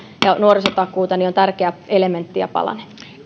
ja nuorisotakuuta on tärkeä elementti ja palanen